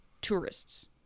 tourists